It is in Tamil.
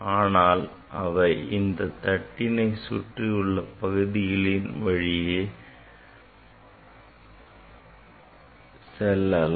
ஆனால் அவை இந்த தட்டினை சுற்றியுள்ள பகுதிகளின் வழியே செல்ல முடியும்